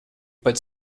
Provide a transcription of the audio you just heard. but